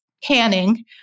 canning